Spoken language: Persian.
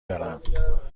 دارم